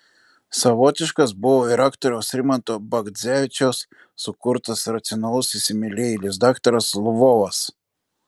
savotiškas buvo ir aktoriaus rimanto bagdzevičiaus sukurtas racionalus įsimylėjėlis daktaras lvovas